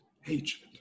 hatred